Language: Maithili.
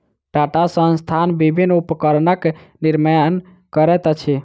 टाटा संस्थान विभिन्न उपकरणक निर्माण करैत अछि